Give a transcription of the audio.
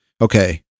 Okay